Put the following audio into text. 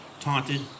taunted